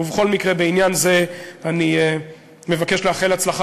ובכל מקרה בעניין זה אני מבקש לאחל הצלחה